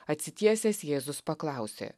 atsitiesęs jėzus paklausė